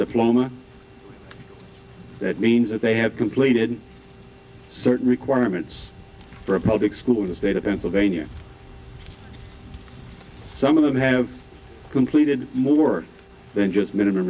diploma that means that they have completed certain requirements for a public school in the state of pennsylvania some of them have completed more than just minimum